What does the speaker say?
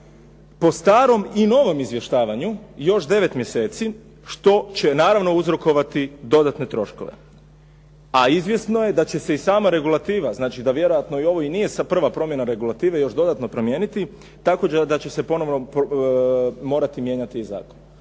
po starom i novom izvještavanju i još 9 mjeseci što će naravno uzrokovati dodatne troškove. A izvjesno je da će se i sama regulativa, znači da vjerojatno i ovo i nije prva promjena regulative, još dodatno promijeniti, tako da će se ponovo morati mijenjati i zakon.